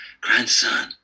Grandson